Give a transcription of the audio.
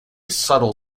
subtle